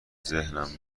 ذهنم